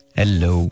hello